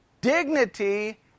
dignity